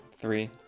Three